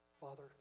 Father